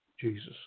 Jesus